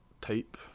type